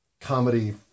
comedy